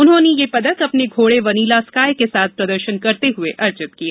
उन्होंने यह पदक अपने घोड़े वनीला स्काई के साथ प्रदर्शन करते हुए अर्जित किए